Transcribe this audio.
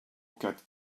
quatre